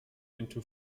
into